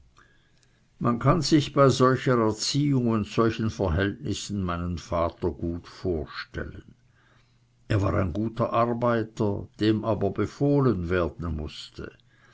man kann sich bei solcher erziehung und solchen verhältnissen meinen vater gar gut vorstellen er war ein guter arbeiter dem aber befohlen werden mußte